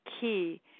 key